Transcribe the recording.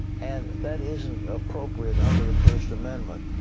and that isn't appropriate under the first amendment.